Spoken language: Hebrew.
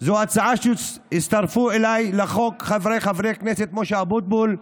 זאת הצעה שהצטרפו אליה חבריי חברי הכנסת משה אבוטבול,